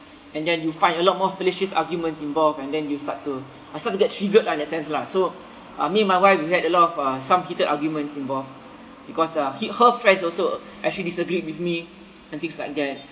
and then you find a lot more ferocious arguments involved and then you start to I start to get triggered lah in that sense lah so uh me and my wife we had a lot of uh some heated arguments involved because uh he~ her friends also actually disagreed with me and things like that